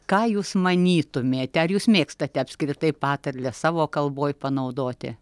ką jūs manytumėte ar jūs mėgstate apskritai patarles savo kalboj panaudoti